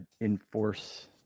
enforce